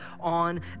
on